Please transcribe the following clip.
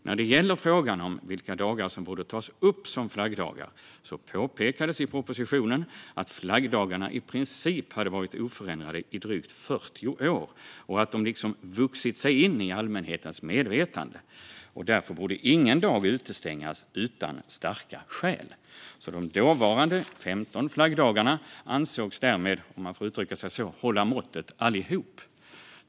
När det gäller frågan om vilka dagar som borde tas upp som flaggdagar påpekades i propositionen att flaggdagarna i princip hade varit oförändrade i drygt 40 år och att de liksom vuxit sig in i allmänhetens medvetande. Därför borde ingen dag utestängas utan starka skäl. De dåvarande 15 flaggdagarna ansågs därmed - om man får uttrycka sig så - hålla måttet allihop.